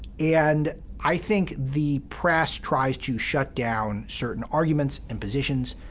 and i think the press tries to shut down certain arguments and positions,